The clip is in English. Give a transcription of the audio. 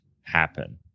happen